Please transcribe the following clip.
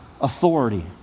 authority